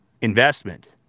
investment